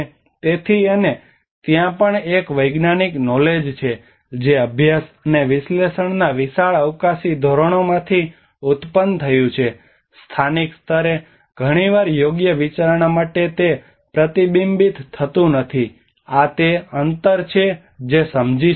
તેથી અને ત્યાં પણ એક વૈજ્ઞાનિક નોલેજ છે જે અભ્યાસ અને વિશ્લેષણના વિશાળ અવકાશી ધોરણોમાંથી ઉત્પન્ન થયું છે સ્થાનિક સ્તરે ઘણીવાર યોગ્ય વિચારણા માટે તે પ્રતિબિંબિત થતું નથી આ તે અંતર છે જે સમજી શકે છે